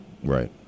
Right